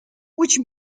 which